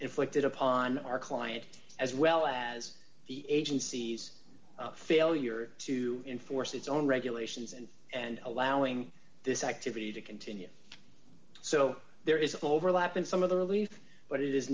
inflicted upon our client as well as the agency's failure to enforce its own regulations and and allowing this activity to continue so there is overlap in some of the relief but it is